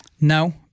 No